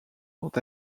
quant